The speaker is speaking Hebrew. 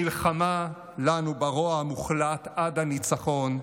מלחמה לנו ברוע המוחלט עד הניצחון.